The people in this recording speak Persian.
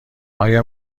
آیا